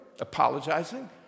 apologizing